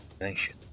nation